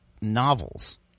novels